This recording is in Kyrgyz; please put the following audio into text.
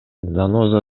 заноза